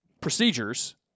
procedures